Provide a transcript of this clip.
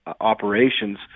operations